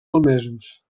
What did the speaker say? malmesos